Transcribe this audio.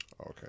Okay